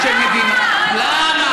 נחמן שי (המחנה הציוני): למה?